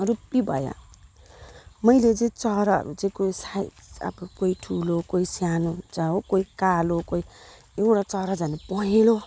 रुप्पी भयो मैले चाहिँ चराहरू चाहिँ कोही सा अब कोही ठुलो कोही सानो हुन्छ कोही कालो कोही एउटा चरा झनै पहेँलो